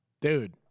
Dude